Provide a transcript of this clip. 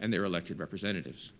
and their elected representatives.